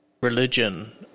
religion